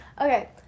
Okay